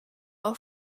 are